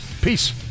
Peace